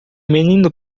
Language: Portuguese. menino